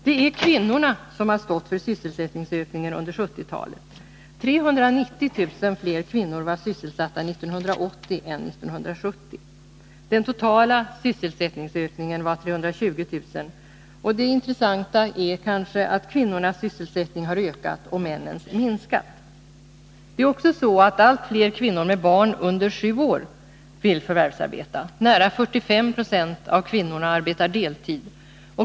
Det är kvinnorna som stått för sysselsättningsökningen under 1970-talet. 390 000 fler kvinnor var sysselsatta 1980 än 1970. Den totala sysselsättningsökningen var 320 000. Det intressanta är således att kvinnornas sysselsättning har ökat och männens minskat. Allt fler kvinnor med barn under sju år vill förvärvsarbeta. Nära 45 96 av kvinnorna arbetar deltid.